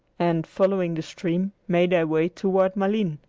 and, following the stream, made their way toward malines.